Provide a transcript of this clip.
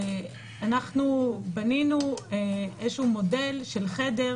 אנחנו בנינו מודל של חדר,